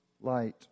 light